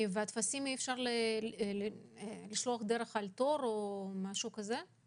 אי אפשר לשלוח את הטפסים בלי תור או משהו כזה?